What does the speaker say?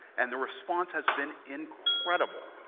and the response has been incredible.